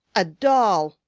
a doll!